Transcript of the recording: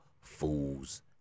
Fool's